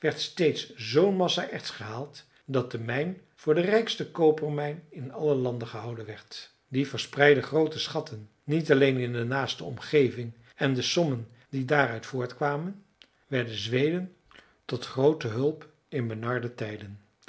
steeds zoo'n massa erts gehaald dat de mijn voor de rijkste kopermijn in alle landen gehouden werd die verspreidde groote schatten niet alleen in de naaste omgeving en de sommen die daaruit voortkwamen werden zweden tot groote hulp in benarde tijden